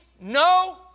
no